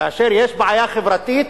כאשר יש בעיה חברתית,